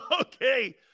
Okay